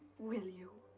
will you?